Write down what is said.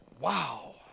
wow